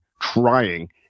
trying